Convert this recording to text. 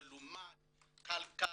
מלומד כלכלית,